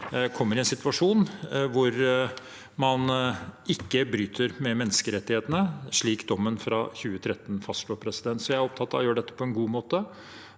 kommer i en situasjon hvor man ikke bryter med menneskerettighetene, slik dommen fra 2013 fastslår. Jeg er opptatt av å gjøre dette på en god måte